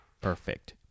perfect